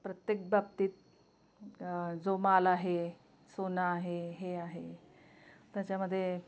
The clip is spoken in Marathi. प्रत्येक बाबतीत जो माल आहे सोनं आहे हे आहे त्याच्यामध्ये